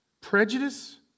Prejudice